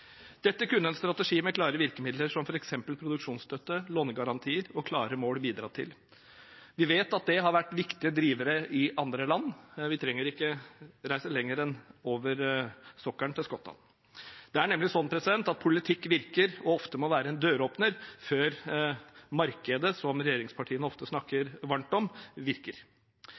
Dette kunne en strategi med klare virkemidler som f.eks. produksjonsstøtte, lånegarantier og klare mål bidra til. Vi vet at det har vært viktige drivere i andre land. Vi trenger ikke reise lenger enn over sokkelen, til Skottland. Det er nemlig sånn at politikk virker og ofte må være en døråpner før markedet, som regjeringspartiene ofte snakker varmt om, virker.